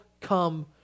come